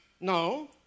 No